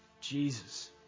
Jesus